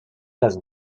las